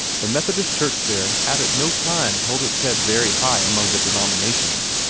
the methodist church there had at no time held its head very high among the denominations,